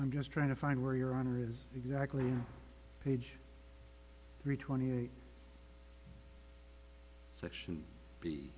i'm just trying to find where your honor is exactly page three twenty eight section b